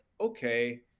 okay